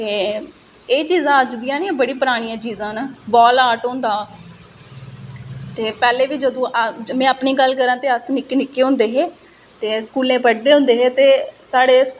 तुस उप्पर मैहनत करो फिर ओहदे बिच पैसे कमाओ फिर ओहदे कन्नै इयां तुंदा एहदे च फिउचर बी बनी जाना औऱ तुसेंगी जेहड़ी पैसे दी तंगी ऐ ओहबी तुंदी जेहड़ी दूर होई जानी ऐ एहदे च